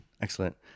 Excellent